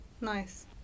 Nice